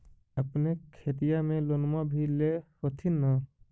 अपने खेतिया ले लोनमा भी ले होत्थिन?